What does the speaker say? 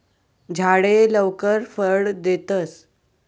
झाडे लवकर फळ देतस